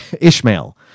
Ishmael